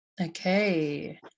Okay